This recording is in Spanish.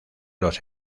los